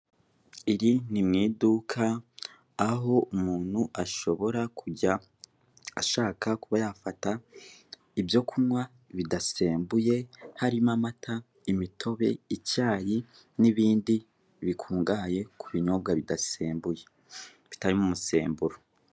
Iri ni mu iduka aho umuntu ashobora kujya ashaka kuba yafata ibyo kunywa bidasembuye harimo, amata, imitobe, icyayi, n'ibindi bikungahaye ku binyobwa bidasembuye, bitarimo umusemburo.